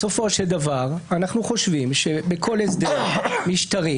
בסופו של דבר אנחנו חושבים שבכל הסדר משטרי,